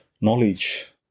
knowledge